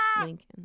Lincoln